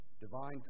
divine